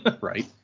Right